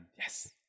Yes